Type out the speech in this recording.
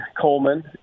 Coleman